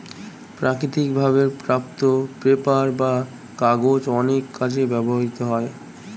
প্রাকৃতিক ভাবে প্রাপ্ত পেপার বা কাগজ অনেক কাজে ব্যবহৃত হয়